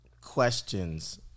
questions